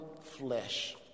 flesh